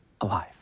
alive